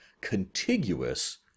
contiguous